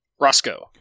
Roscoe